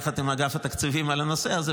יחד עם אגף התקציבים, על הנושא הזה.